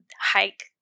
hike